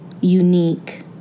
unique